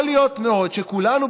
יכול מאוד להיות שכולנו,